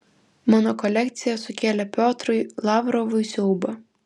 mano kolekcija sukėlė piotrui lavrovui siaubą